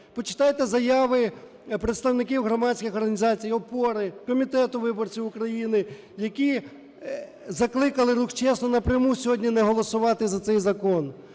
почитайте заяви представників громадських організацій "ОПОРА", Комітету виборців України, які закликали, рух "ЧЕСНО", напряму сьогодні не голосувати за цей закон.